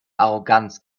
arroganz